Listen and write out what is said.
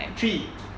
three